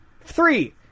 Three